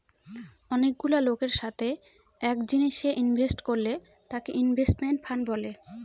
অনেকগুলা লোকের সাথে এক জিনিসে ইনভেস্ট করলে তাকে ইনভেস্টমেন্ট ফান্ড বলে